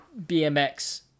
BMX